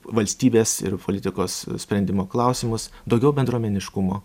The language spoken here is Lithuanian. valstybės ir politikos sprendimo klausimus daugiau bendruomeniškumo